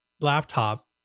laptop